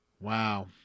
Wow